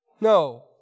No